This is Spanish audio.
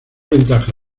ventaja